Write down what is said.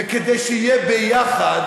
וכדי שיהיה ביחד,